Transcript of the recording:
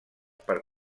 per